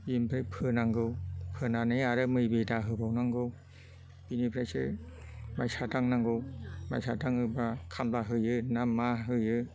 बेनिफ्राय फोनांगौ फोनानै आरो मै बेदा होबावनांगौ बिनिफ्रायसो माइसा दांनांगौ माइसा दाङोबा खामला होयो ना मा होयो